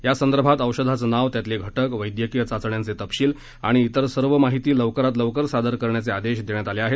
यासंदर्भात औषधाचं नाव त्यातले घटक वैद्यकीय चाचण्यांचे तपशील आणि तेर सर्व माहिती लवकरात लवकर सादर करण्याचे आदेश देण्यात आले आहेत